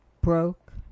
broke